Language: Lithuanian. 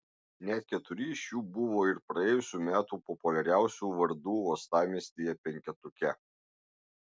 net keturi iš jų buvo ir praėjusių metų populiariausių vardų uostamiestyje penketuke